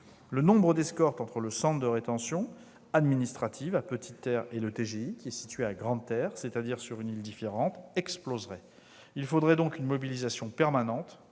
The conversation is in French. Le nombre d'escortes entre le centre de rétention administrative à Petite-Terre et le tribunal de grande instance, à Grande-Terre, c'est-à-dire sur une île différente, exploserait. Il faudrait donc une mobilisation permanente